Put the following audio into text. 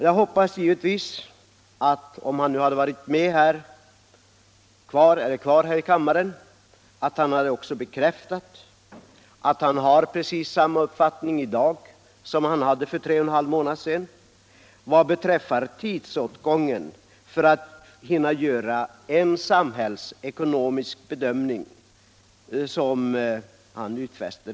Jag hoppas givetvis att statsrådet, om han varit kvar här i kammaren, hade bekräftat att han har samma uppfattning i dag som han hade för tre och en halv månad sedan vad beträffar tidsåtgången för att göra en samhällsekonomisk bedömning.